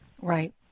Right